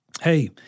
Hey